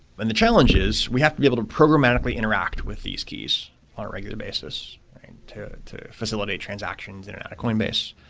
and the challenge is we have to be able to programmatically interact with these keys on a regular basis to to facilitate transactions in and out of coinbase.